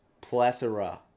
plethora